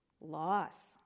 loss